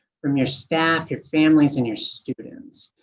from your staff, your families, and your students.